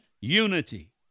unity